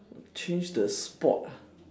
change the sport ah